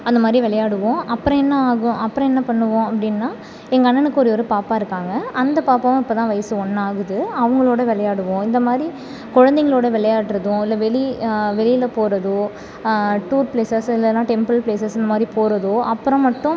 அந்த மாதிரி விளையாடுவோம் அப்புறம் என்ன ஆகும் அப்புறம் என்ன பண்ணுவோம் அப்படின்னா எங்கள் அண்ணனுக்கு ஒரே ஒரு பாப்பா இருக்காங்க அந்த பாப்பாவும் இப்போ தான் வயது ஒன்று ஆகுது அவங்களோட விளையாடுவோம் இந்த மாதிரி குழந்தைங்களோட விளையாடுறதோ இல்லை வெளி வெளியில் போகிறதோ டூர் ப்ளேஸஸ் இல்லைன்னா டெம்பிள் ப்ளேஸஸ் இந்த மாதிரி போகிறதோ அப்புறம் மட்டும்